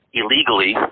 illegally